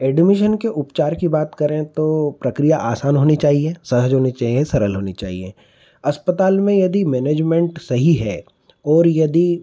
admission के उपचार की बात करें तो प्रकिया आसान होनी चाहिए सहज होनी चाहिए सरल होनी चाहिए अस्पताल में यदि मैनेजमेंट सही है और यदि